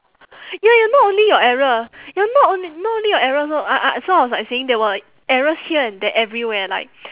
ya not only your error ah ya not only not only your error so I I so I was like saying there were errors here and there everywhere like